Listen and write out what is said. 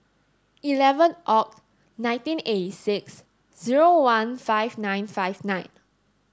eleven Oct nineteen eighty six zero one five nine five nine